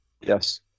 Yes